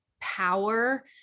power